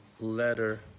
letter